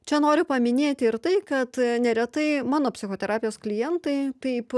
čia noriu paminėti ir tai kad neretai mano psichoterapijos klientai taip